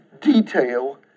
detail